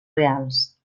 reals